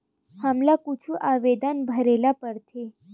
हमला कुछु आवेदन भरेला पढ़थे?